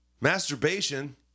masturbation